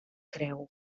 creu